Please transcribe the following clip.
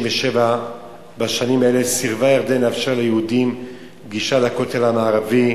עד 1967 סירבה ירדן לאפשר ליהודים גישה לכותל המערבי,